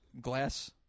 Glass